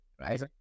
right